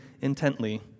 intently